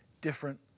different